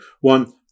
One